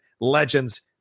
Legends